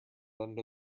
under